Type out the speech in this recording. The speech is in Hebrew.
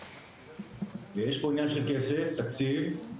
יש פה עניין של כסף, תקציב.